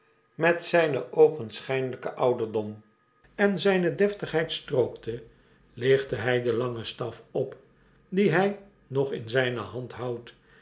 met zijnen oogenschijnlijken ouderdom en zijne deftigheid strookte lichtte hij den langen staf op dien hij nog in zijne hand houdt